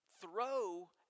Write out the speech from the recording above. Throw